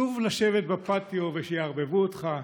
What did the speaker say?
שוב לשבת בפטיו ושיערבבו אותך.